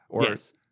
Yes